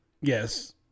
Yes